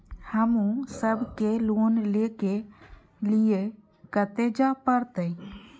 हमू सब के लोन ले के लीऐ कते जा परतें?